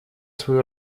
свою